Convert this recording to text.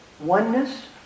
oneness